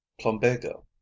plumbago